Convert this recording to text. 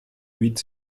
huit